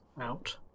out